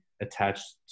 attached